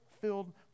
filled